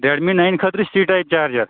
Redmi nine خٲطرٕ C type charger